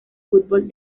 fútbol